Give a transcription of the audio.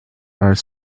are